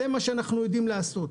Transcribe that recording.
זה מה שאנחנו יודעים לעשות.